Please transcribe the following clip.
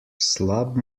slab